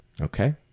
Okay